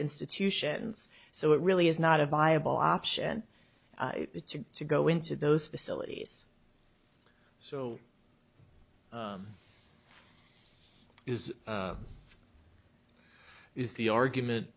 institutions so it really is not a viable option to to go into those facilities so is is the argument